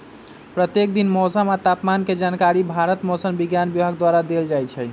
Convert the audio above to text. प्रत्येक दिन मौसम आ तापमान के जानकारी भारत मौसम विज्ञान विभाग द्वारा देल जाइ छइ